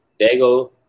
Dago